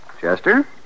Chester